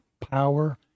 power